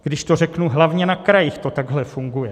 Když to řeknu, hlavně na krajích to takhle funguje.